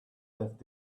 left